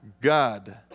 God